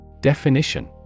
Definition